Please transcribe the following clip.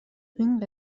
این